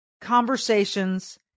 conversations